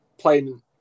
Playing